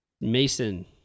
Mason